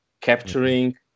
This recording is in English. capturing